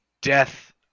death